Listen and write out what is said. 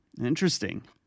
interesting